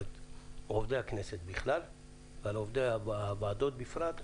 עובדי הכנסת בכלל ועל עובדי הוועדות בפרט,